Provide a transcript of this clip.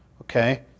okay